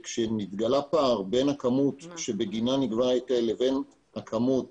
וכשמתגלה פער בין הכמות שבגינה נגבה ההיטל לבין כמות